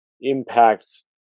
impacts